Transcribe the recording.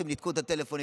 הם ניתקו את הטלפון,